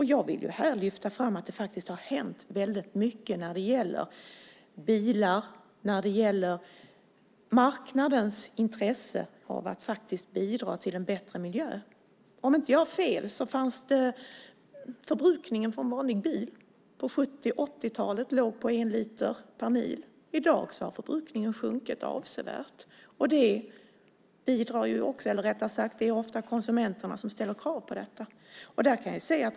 Här vill jag lyfta fram att det faktiskt hänt mycket när det gäller bilar och marknadens intresse av att bidra till en bättre miljö. Om jag inte har fel var förbrukningen på 70 och 80-talen för en vanlig bil en liter per mil. I dag har förbrukningen sjunkit avsevärt. Det är ofta konsumenterna som ställer just sådana krav.